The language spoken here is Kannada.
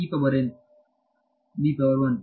ವಿದ್ಯಾರ್ಥಿ 1